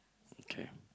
okay